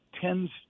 tends